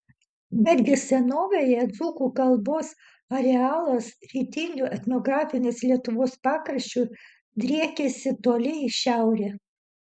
betgi senovėje dzūkų kalbos arealas rytiniu etnografinės lietuvos pakraščiu driekėsi toli į šiaurę